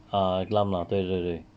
ah eklam ah 对对对